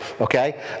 okay